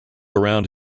around